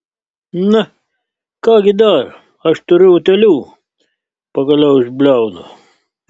na ką gi dar aš turiu utėlių pagaliau išbliaunu